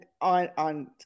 on